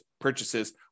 purchases